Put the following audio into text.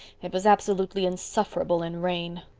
it was absolutely insufferable in rain.